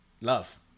Love